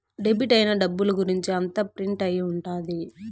debit అయిన డబ్బుల గురుంచి అంతా ప్రింట్ అయి ఉంటది